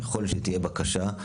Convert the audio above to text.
ככל שתהיה בקשה,